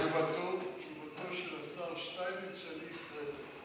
תשובתו של השר שטייניץ, שאני הקראתי.